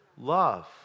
love